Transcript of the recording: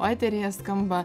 o eteryje skamba